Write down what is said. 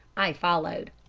i followed.